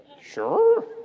Sure